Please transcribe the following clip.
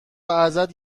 ازت